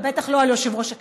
ובטח לא על יושב-ראש הכנסת.